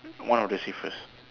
one of the safest